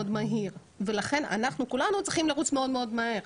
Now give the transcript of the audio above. מהיר ולכן אנחנו כולנו צריכים לרוץ מאוד מאוד מהר.